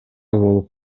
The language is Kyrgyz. болуп